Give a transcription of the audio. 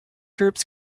curves